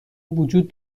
وجود